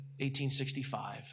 1865